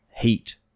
heat